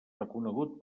reconegut